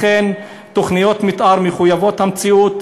לכן תוכניות מתאר מחויבות המציאות,